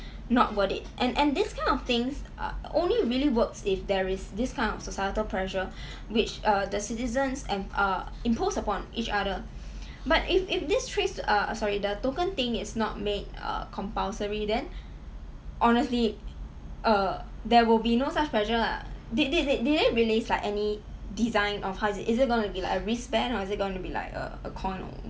not worth it and and this kind of things uh only really works if there is this kind of societal pressure which uh the citizens and uh impose upon each other but if if this trace uh sorry the token thing is not made err compulsory then honestly err there will be no such pressure lah did did did they release any design of how is it is it going to be like a wristband or is it going to be like a a kind of